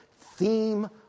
theme